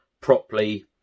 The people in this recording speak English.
properly